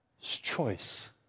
choice